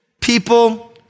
people